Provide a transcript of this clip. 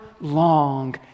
long